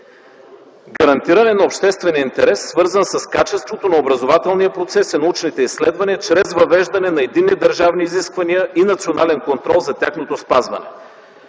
„Гарантиране на обществения интерес, свързан с качеството на образователния процес и научните изследвания чрез въвеждане на единни държавни изисквания и национален контрол за тяхното спазване”.